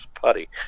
putty